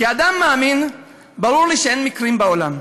כאדם מאמין ברור לי שאין מקרים בעולם.